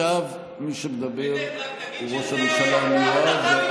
עכשיו מי שמדבר הוא ראש הממשלה המיועד.